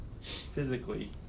physically